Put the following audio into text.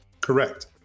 Correct